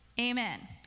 Amen